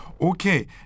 okay